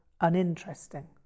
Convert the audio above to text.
uninteresting